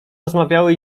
rozmawiały